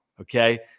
okay